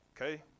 Okay